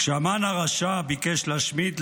כשהמן הרשע ביקש להשמיד,